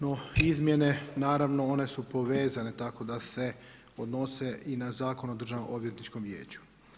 No izmjene, naravno one su povezane tako da se odnose i na Zakon o Državnoodvjetničkom vijeću.